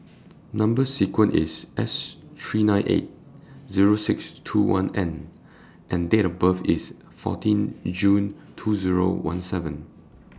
Number sequence IS S three nine eight Zero six two one N and Date of birth IS fourteen June two Zero one seven